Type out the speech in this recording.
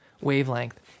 wavelength